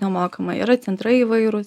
nemokamai yra centrai įvairūs